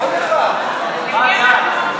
עוד משהו, עוד משהו, אולי כבר, עוד אחד,